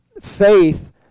faith